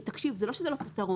תקשיב, זה לא שזה לא פתרון.